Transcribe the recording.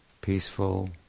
peaceful